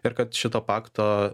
ir kad šito pakto